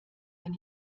man